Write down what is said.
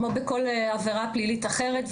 כמו בכל עבירה פלילית אחרת,